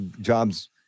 jobs